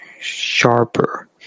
sharper